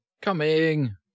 Coming